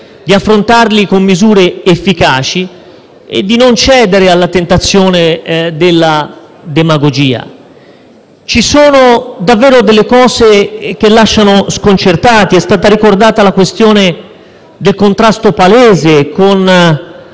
i problemi con misure efficaci e di non cedere alla tentazione della demagogia. Ci sono davvero aspetti che lasciano sconcertati: è stato ricordato il contrasto palese con